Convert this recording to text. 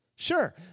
Sure